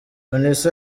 vanessa